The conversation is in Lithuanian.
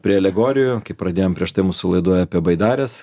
prie alegorijų kaip pradėjom prieš tai mūsų laidoj apie baidares